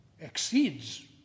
exceeds